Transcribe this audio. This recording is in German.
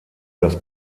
das